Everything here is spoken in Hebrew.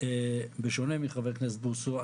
בשונה מחבר הכנסת בוסו,